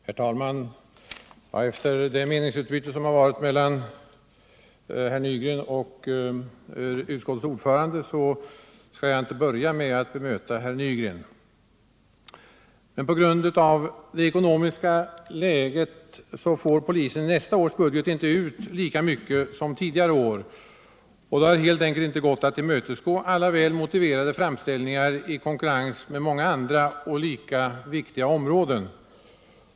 Herr talman! Efter det meningsutbyte som förekommit mellan Arne Nygren och utskottets ordförande skall jag inte nu börja med att bemöta herr Nygren. På grund av det ekonomiska läget får polisen i nästa års budget inte ut lika mycket som tidigare år. Det har helt enkelt inte gått att tillmötesgå alla väl motiverade framställningar i konkurrens med många andra och lika viktiga områden.